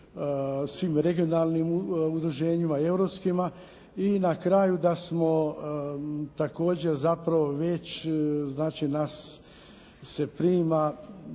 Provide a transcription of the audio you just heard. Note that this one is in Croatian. svim regionalnim udruženjima i europskima i na kraju da smo također zapravo već znači nas se prima